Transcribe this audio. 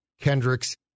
Kendricks